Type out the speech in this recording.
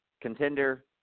contender